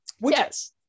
Yes